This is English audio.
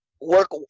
work